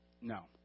No